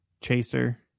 Chaser